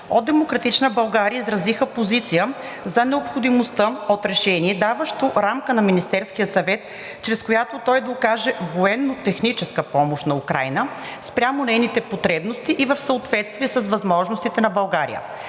изразиха позиция за необходимостта от решение, даващо рамка на Министерския съвет, чрез която той да окаже военно-техническа помощ на Украйна спрямо нейните потребности и в съответствие с възможностите на България.